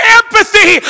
empathy